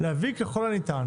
להביא ככל הניתן